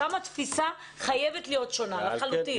שם התפיסה חייבת להיות שונה לחלוטין.